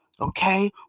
Okay